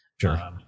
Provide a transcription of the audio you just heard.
Sure